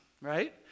right